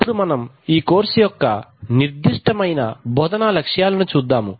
ఇప్పుడు మనము ఈ కోర్సు యొక్క నిర్దిష్టమైన బోధనా లక్ష్యాలను చూద్దాము